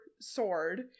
sword